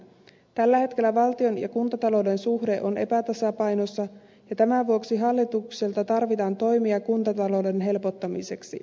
tällä hetkellä valtion ja kuntatalouden suhde on epätasapainossa ja tämän vuoksi hallitukselta tarvitaan toimia kuntatalouden helpottamiseksi